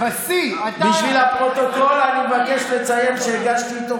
בשביל הפרוטוקול אני מבקש לציין שהגשתי איתו